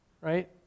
Right